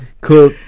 Cool